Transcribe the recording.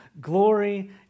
glory